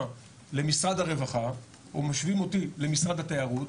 למשרד הרווחה או משווים אותי למשרד התיירות,